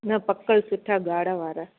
न पकल सुठा ॻाढ़ा वारा